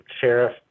sheriff